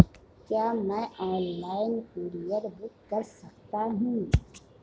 क्या मैं online courier book कर सकता हूँ?